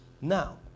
Now